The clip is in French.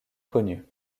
connue